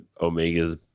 Omega's